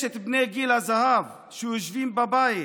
יש את בני גיל הזהב שיושבים בבית,